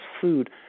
food